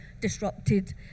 disrupted